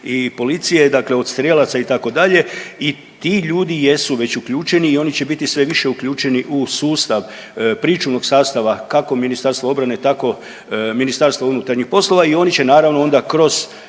i policije, dakle od strijelaca itd. i ti ljudi jesu već uključeni i oni će biti sve više uključeni u sustav pričuvnog sastava kako Ministarstva obrane tako MUP-a. I oni će naravno onda kroz